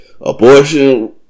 abortion